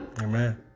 Amen